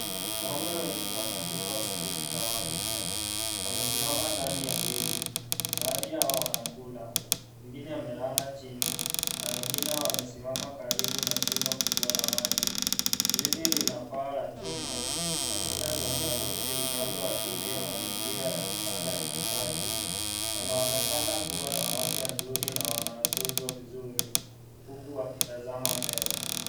Ng'ombe wengi wa maziwa weusi na weupe, wamesimama ndani ya zizi, baadhi yao wanakula, wengine wamelala chini na wengine wamesimama karibu na shimo kubwa la maji. Zizi Lina paa la chuma na Kuta za saruji zinazo ashiria mazingira ya kisasa ya ufagaji. Wanaonekana kuwa na afya nzuri na wanatunza vizuri huku wakitazama mbele.